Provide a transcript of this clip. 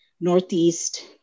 northeast